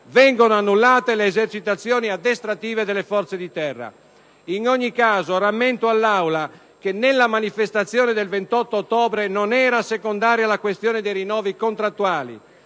vengono annullate le esercitazioni addestrative delle forze di terra. In ogni caso, rammento all'Aula che nella manifestazione del 28 ottobre non era secondaria la questione dei rinnovi contrattuali.